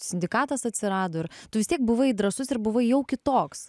sindikatas atsirado ir tu vis tiek buvai drąsus ir buvai jau kitoks